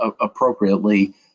appropriately